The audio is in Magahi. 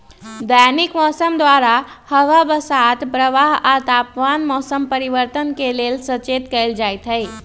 दैनिक मौसम द्वारा हवा बसात प्रवाह आ तापमान मौसम परिवर्तन के लेल सचेत कएल जाइत हइ